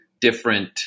different